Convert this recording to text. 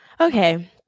Okay